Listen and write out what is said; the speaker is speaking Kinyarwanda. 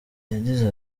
yagize